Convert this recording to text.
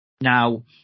Now